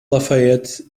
lafayette